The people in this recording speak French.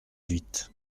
huit